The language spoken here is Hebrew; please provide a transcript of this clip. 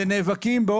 שנאבקים.